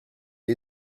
est